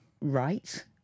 right